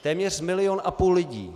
Téměř milion a půl lidí.